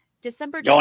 December